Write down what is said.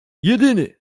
jedyny